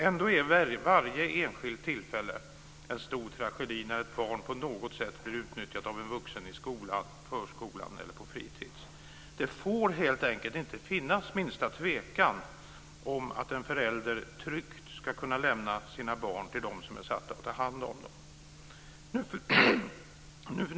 Ändå är varje enskilt tillfälle en stor tragedi när ett barn på något sätt blir utnyttjat av en vuxen i skolan, förskolan eller på fritis. Det får helt enkelt inte finnas minsta tvekan om att en förälder tryggt ska kunna lämna sina barn till dem som är satta att ta hand om dem.